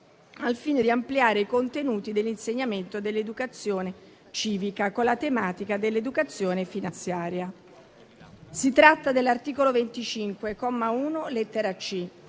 al fine di ampliare i contenuti dell'insegnamento dell'educazione civica con la tematica dell'educazione finanziaria. Si tratta dell'articolo 25, comma 1,